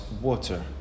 water